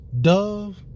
Dove